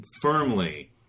firmly